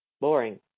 boring